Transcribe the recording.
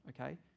Okay